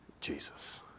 Jesus